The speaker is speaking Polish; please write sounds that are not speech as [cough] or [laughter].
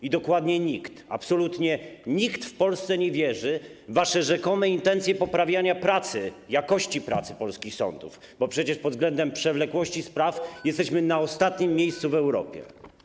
I dokładnie nikt, absolutnie nikt w Polsce nie wierzy w wasze rzekome intencje poprawiania jakości pracy polskich sądów, bo przecież pod względem przewlekłości spraw [noise] jesteśmy na ostatnim miejscu w Europie.